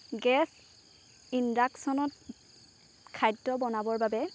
gas ইণ্ডাকশ্যনত খাদ্য বনাবৰ বাবে